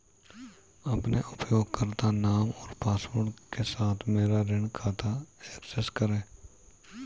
अपने उपयोगकर्ता नाम और पासवर्ड के साथ मेरा ऋण खाता एक्सेस करें